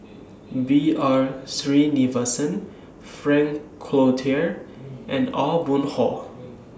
B R Sreenivasan Frank Cloutier and Aw Boon Haw